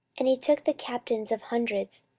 and he took the captains of hundreds,